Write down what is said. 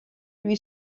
lui